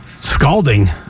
Scalding